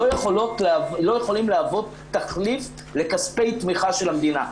לא יכולים להוות תחליף לכספי תמיכה של המדינה.